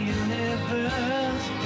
universe